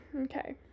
Okay